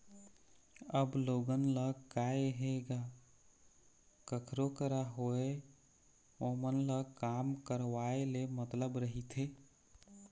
अब लोगन ल काय हे गा कखरो करा होवय ओमन ल काम करवाय ले मतलब रहिथे